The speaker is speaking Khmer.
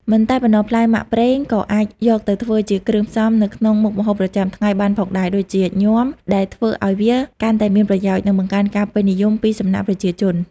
មិនតែប៉ុណ្ណោះ ផ្លែមាក់ប្រេងក៏អាចយកទៅធ្វើជាគ្រឿងផ្សំនៅក្នុងមុខម្ហូបប្រចាំថ្ងៃបានផងដែរ ដូចជា ញាំ ដែលធ្វើឲ្យវាកាន់តែមានប្រយោជន៍ និងបង្កើនការពេញនិយមពីសំណាក់ប្រជាជន។